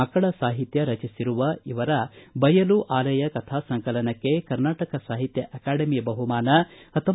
ಮಕ್ಕಳ ಸಾಹಿತ್ಯ ರಚಿಸಿರುವ ಇವರ ಬಯಲು ಆಲಯ ಕಥಾಸಂಕಲನಕ್ಕೆ ಕರ್ನಾಟಕ ಸಾಹಿತ್ಯ ಅಕಾಡೆಮಿ ಬಹುಮಾನ ದೊರೆತಿದೆ